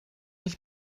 ich